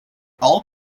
all